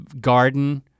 garden